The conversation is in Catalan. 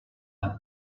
per